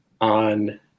on